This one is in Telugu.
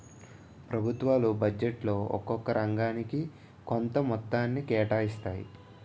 ప్రభుత్వాలు బడ్జెట్లో ఒక్కొక్క రంగానికి కొంత మొత్తాన్ని కేటాయిస్తాయి